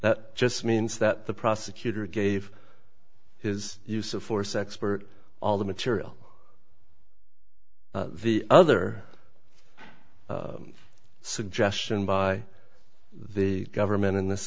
that just means that the prosecutor gave his use of force expert all the material the other suggestion by the government in this